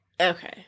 Okay